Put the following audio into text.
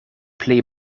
pli